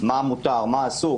מה מותר ומה אסור,